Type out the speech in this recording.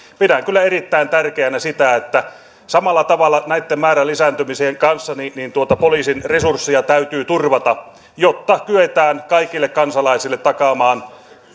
pidän kyllä erittäin tärkeänä sitä että samalla tavalla näitten määrän lisääntymisen kanssa poliisin resursseja täytyy turvata jotta kyetään kaikille kansalaisille takaamaan